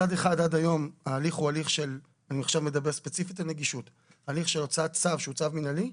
מצד אחד עד היום ההליך הוא הליך של הוצאת צו שהוא צו מנהלי,